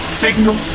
signal